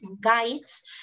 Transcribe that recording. guides